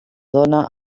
dóna